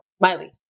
Miley